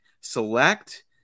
Select